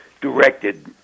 directed